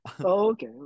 okay